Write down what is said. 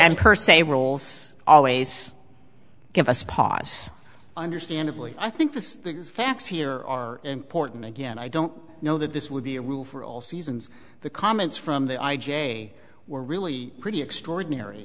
and per se roles always give us pause understandably i think this these facts here are important again i don't know that this would be a rule for all seasons the comments from the i j a were really pretty extraordinary